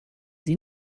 sie